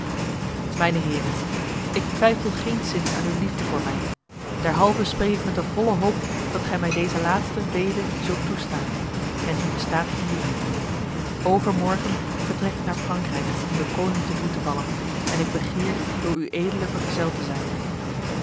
mijne heren ik twijfel geenszins aan uw liefde voor mij derhalve spreek ik met de volle hoop dat gij mij deze laatste bede zult toestaan en die bestaat hierin overmorgen vertrek ik naar frankrijk om de koning te voet te vallen en ik begeer door ued vergezeld te zijn